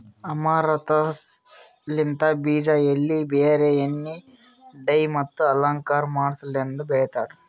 amaranthus ಲಿಂತ್ ಬೀಜ, ಎಲಿ, ಬೇರ್, ಎಣ್ಣಿ, ಡೈ ಮತ್ತ ಅಲಂಕಾರ ಮಾಡಸಲೆಂದ್ ಬೆಳಿತಾರ್